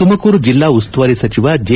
ತುಮಕೂರು ಜಿಲ್ಲಾ ಉಸ್ತುವಾರಿ ಸಚಿವ ಜೆ